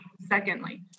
secondly